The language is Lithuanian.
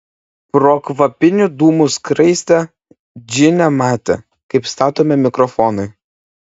pro kvapnių dūmų skraistę džinė matė kaip statomi mikrofonai